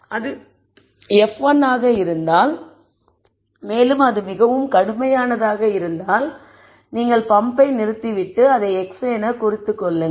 இது f1 ஆக இருந்தால் மேலும் அது மிகவும் கடுமையானதாக இருந்தால் நீங்கள் பம்ப்பை நிறுத்திவிட்டு அதை x என்று குறித்து கொள்ளுங்கள்